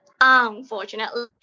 unfortunately